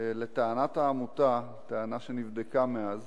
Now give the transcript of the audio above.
לטענת העמותה, טענה שנבדקה מאז,